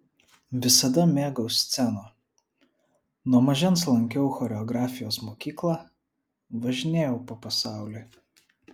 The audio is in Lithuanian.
visada mėgau sceną nuo mažens lankiau choreografijos mokyklą važinėjau po pasaulį